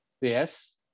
Yes